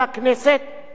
והם נרדמו,